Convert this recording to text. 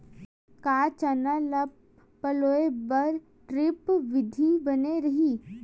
का चना ल पलोय बर ड्रिप विधी बने रही?